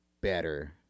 better